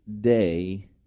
day